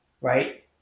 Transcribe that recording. right